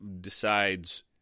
decides